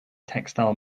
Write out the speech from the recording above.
textile